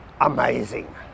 amazing